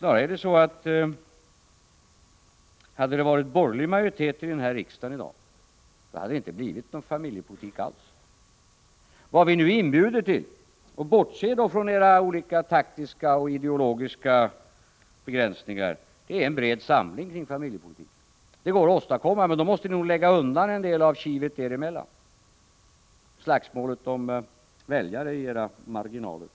Hade det i dag varit borgerlig majoritet här i riksdagen hade det inte blivit någon familjepolitik alls. Vad vi nu inbjuder till — vi bortser då från era olika taktiska och ideologiska begränsningar — är en bred samling kring familjepolitiken. Det går att åstadkomma, men då måste ni nog lägga åt sidan en del av kivet er emellan och upphöra med slagsmålet om väljare i era marginaler.